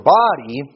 body